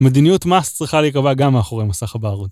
מדיניות מס צריכה להיקבע גם מאחורי מסך הבערות.